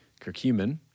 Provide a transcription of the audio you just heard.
curcumin